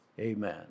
Amen